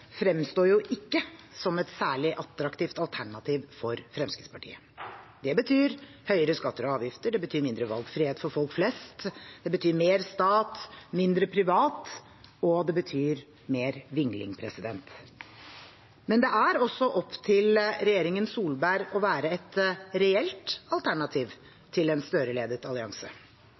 fremstår ikke som et særlig attraktivt alternativ for Fremskrittspartiet. Det betyr høyere skatter og avgifter, det betyr mindre valgfrihet for folk flest, det betyr mer stat, mindre privat, og det betyr mer vingling. Men det er også opp til regjeringen Solberg å være et reelt alternativ til en Gahr Støre-ledet allianse.